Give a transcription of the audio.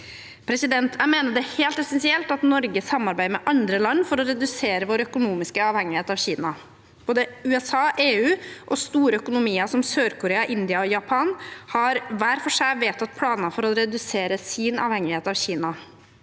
avskrekking. Jeg mener det er helt essensielt at Norge samarbeider med andre land for å redusere vår økonomiske avhengighet av Kina. Både USA, EU og store økonomier som Sør-Korea, India og Japan har hver for seg vedtatt planer for å redusere sin avhengighet av Kina.